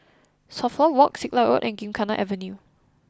Suffolk Walk Siglap Road and Gymkhana Avenue